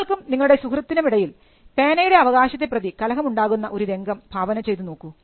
നിങ്ങൾക്കും നിങ്ങളുടെ സുഹൃത്തിനും ഇടയിൽ പേനയുടെ അവകാശത്തെ പ്രതി കലഹം ഉണ്ടാകുന്ന ഒരു രംഗം ഭാവന ചെയ്തു നോക്കൂ